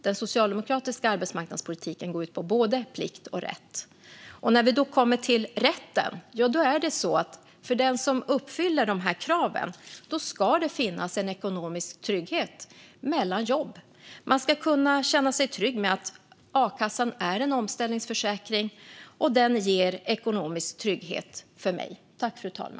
Den socialdemokratiska arbetsmarknadspolitiken går ut på både plikt och rätt. När det gäller rätten ska det för den som uppfyller kraven finnas en ekonomisk trygghet mellan jobb. Man ska kunna känna sig trygg med att a-kassan är en omställningsförsäkring, och den ger ekonomisk trygghet för den enskilde.